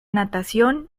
natación